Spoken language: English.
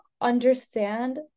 understand